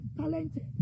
talented